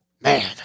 man